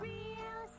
Real